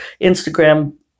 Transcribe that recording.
Instagram